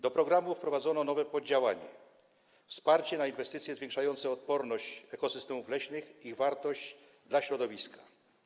Do programu wprowadzono nowe poddziałanie: Wsparcie na inwestycje zwiększające odporność ekosystemów leśnych i ich wartość dla środowiska.